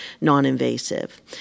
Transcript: non-invasive